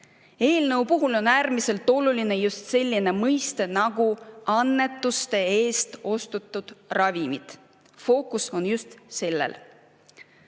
Eelnõu puhul on äärmiselt oluline just selline mõiste nagu "annetuste eest ostetud ravimid". Fookus on just sellel.